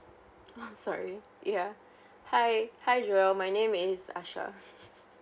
sorry ya hi hi joga my name is asha